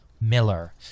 Miller